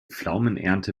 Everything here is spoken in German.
pflaumenernte